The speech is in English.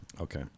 Okay